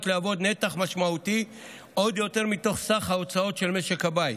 להוות נתח משמעותי עוד יותר מתוך סך ההוצאות של משק הבית.